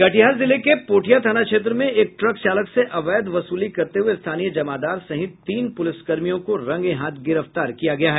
कटिहार जिले के पोठिया थाना क्षेत्र में एक ट्रक चालक से अवैध वसूली करते हुए स्थानीय जमादार सहित तीन पुलिसकर्मियों को रंगेहाथ गिरफ्तार किया गया है